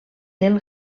del